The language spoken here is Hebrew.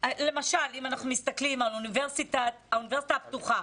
אם נסתכל על האוניברסיטה הפתוחה,